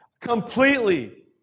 Completely